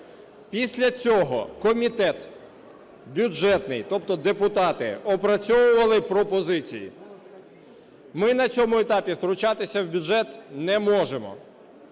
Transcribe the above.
Після цього комітет бюджетний, тобто депутати, опрацьовували пропозиції. Ми на цьому етапі втручатися в бюджет не можемо.